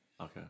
Okay